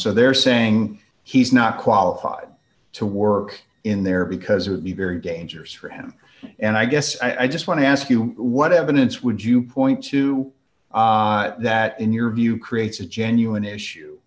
so they're saying he's not qualified to work in there because it be very dangerous for him and i guess i just want to ask you what evidence would you point to that in your view creates a genuine issue